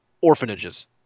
orphanages